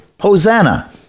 Hosanna